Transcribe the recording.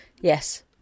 Yes